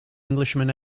englishman